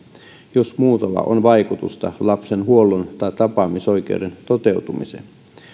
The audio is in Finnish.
jos muutolla on vaikutusta lapsen huollon tai tapaamisoikeuden toteutumiseen